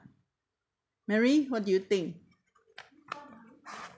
mary what do you think